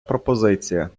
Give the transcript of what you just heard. пропозиція